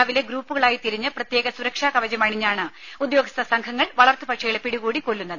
രാവിലെ ഗ്രൂപ്പുകളായി തിരിഞ്ഞ് പ്രത്യേക സുരക്ഷ കവചം അണിഞ്ഞാണ് ഉദ്യോഗസ്ഥ സംഘങ്ങൾ വളർത്തു പക്ഷികളെ പിടികൂടി കൊല്ലുന്നത്